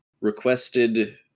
requested